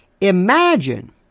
Imagine